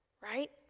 right